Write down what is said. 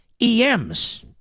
EMs